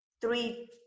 three